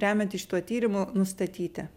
remiantis šiuo tyrimu nustatyti